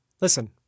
listen